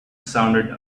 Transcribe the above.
sounded